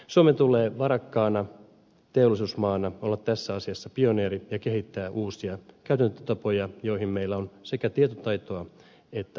suomen tulee varakkaana teollisuusmaana olla tässä asiassa pioneeri ja kehittää uusia käytäntötapoja joihin meillä on sekä tietotaitoa että puitteet